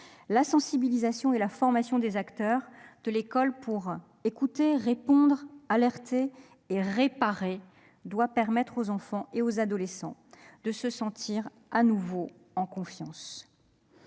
La sensibilisation et la formation des acteurs de l'école pour écouter, répondre, alerter et réparer doivent permettre aux enfants et aux adolescents de se sentir de nouveau en confiance.